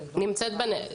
הסוהר?